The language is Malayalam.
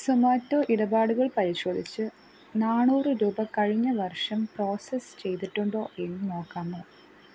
സൊമാറ്റോ ഇടപാടുകൾ പരിശോധിച്ച് നാന്നൂറ് രൂപ കഴിഞ്ഞ വർഷം പ്രോസസ്സ് ചെയ്തിട്ടുണ്ടോ എന്ന് നോക്കാമോ